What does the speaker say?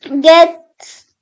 get